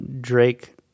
Drake